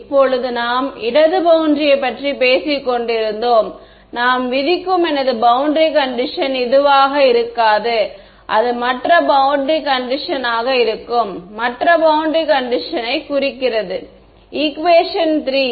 இப்போது நாம் இடது பௌண்டரியைப் பற்றி பேசிக் கொண்டிருந்தோம் நான் விதிக்கும் எனது பௌண்டரி கண்டிஷன் இதுவாக இருக்காது அது மற்ற பௌண்டரி கண்டிஷன் ஆக இருக்கும் மற்ற பௌண்டரி கண்டிஷன் குறிக்கிறது ஈக்குவேஷன் 3